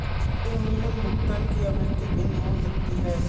premium भुगतान की आवृत्ति भिन्न हो सकती है